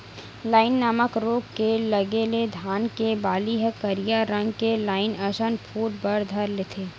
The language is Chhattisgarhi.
लाई नामक रोग के लगे ले धान के बाली ह करिया रंग के लाई असन फूट बर धर लेथे